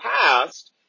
past